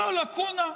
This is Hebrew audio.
זאת לקונה.